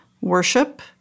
worship